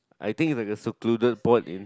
I think it's like a secluded pond in